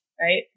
right